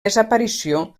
desaparició